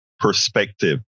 perspective